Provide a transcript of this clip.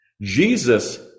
Jesus